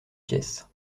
pièce